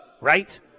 right